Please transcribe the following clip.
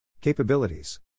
Capabilities